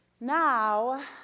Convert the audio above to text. Now